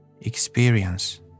Experience